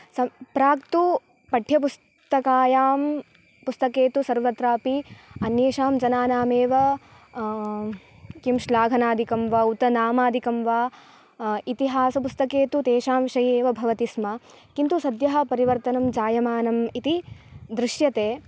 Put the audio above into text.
सं प्राक्तु पाठ्यपुस्तिकायां पुस्तके तु सर्वत्रापि अन्येषां जनानामेव किं श्लाघनादिकं वा उत नामादिकं वा इतिहासपुस्तके तु तेषां शैली एव भवति स्म किन्तु सद्यः परिवर्तनं जायमानम् इति दृश्यते